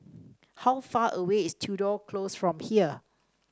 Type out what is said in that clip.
how far away is Tudor Close from here